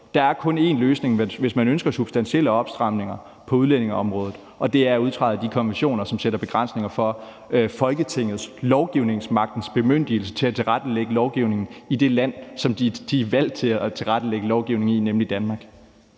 Der er kun én løsning, hvis man ønsker substantielle opstramninger på udlændingeområdet, og det er at udtræde af de konventioner, som sætter begrænsninger for Folketingets, altså lovgivningsmagtens, bemyndigelse til at tilrettelægge lovgivningen i det land, som Folketingets medlemmer er valgt til at tilrettelægge lovgivningen i, nemlig Danmark.